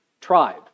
tribe